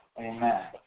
Amen